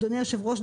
אדוני היושב-ראש,